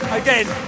again